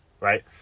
Right